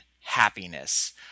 happiness